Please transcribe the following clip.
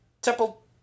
Temple